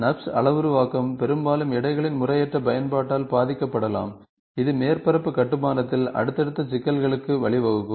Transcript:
NURBS அளவுருவாக்கம் பெரும்பாலும் எடைகளின் முறையற்ற பயன்பாட்டால் பாதிக்கப்படலாம் இது மேற்பரப்பு கட்டுமானத்தில் அடுத்தடுத்த சிக்கல்களுக்கு வழிவகுக்கும்